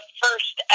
first